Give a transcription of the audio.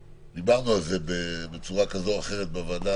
נוספת, דיברנו על זה בצורה כזו או אחרת בהתחלה,